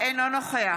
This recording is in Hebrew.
אינו נוכח